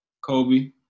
Kobe